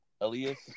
Elias